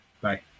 Bye